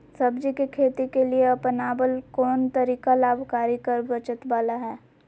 सब्जी के खेती के लिए अपनाबल कोन तरीका लाभकारी कर बचत बाला है?